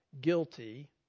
guilty